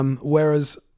Whereas